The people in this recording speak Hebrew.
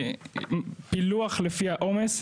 פילוח לפי העומס,